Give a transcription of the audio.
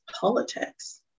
politics